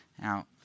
Now